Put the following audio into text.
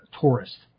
tourist